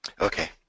Okay